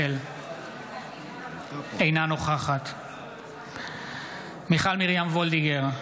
אינה נוכחת מיכל מרים וולדיגר,